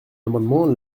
amendement